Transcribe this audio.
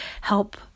help